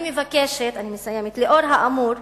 אני מבקשת, אני מסיימת, לאור האמור,